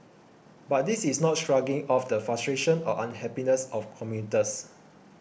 but this is not shrugging off the frustrations or unhappiness of commuters